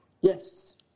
Yes